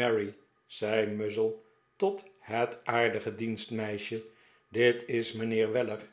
mary zei muzzle tot het aardige dienstmeisje dit is mijnheer weller